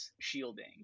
shielding